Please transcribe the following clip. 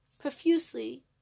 profusely